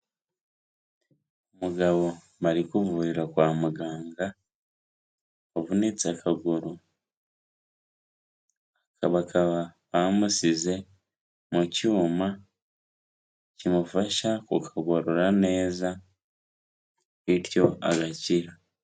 Umugabo bari kuvurira kwa muganga wavunitse akaguru, bakaba bamushyize mu cyuma kimufasha kukagorora neza bityo agakira.